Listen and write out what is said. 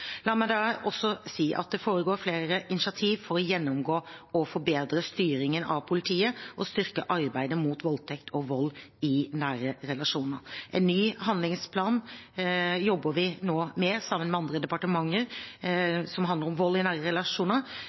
La meg da også si at det foregår flere initiativ for å gjennomgå og forbedre styringen av politiet og styrke arbeidet mot voldtekt og vold i nære relasjoner. Vi jobber nå, sammen med andre departementer, med en ny handlingsplan som handler om vold i nære relasjoner,